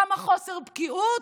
כמה חוסר בקיאות.